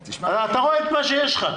אתה רואה את מה שיש לך,